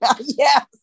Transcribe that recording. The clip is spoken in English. Yes